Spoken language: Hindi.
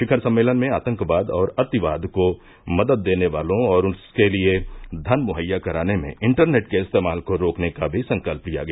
शिखर सम्मेलन में आतंकवाद और अतिवाद को मदद देने वालों और उसके लिए धन मुहैया कराने में इंटरनेट के इस्तेमाल को रोकने का भी संकल्प लिया गया